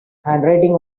handwriting